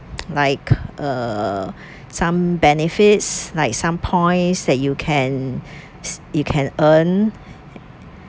like uh some benefits like some points that you can you can earn